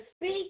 speak